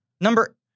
Number